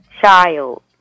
child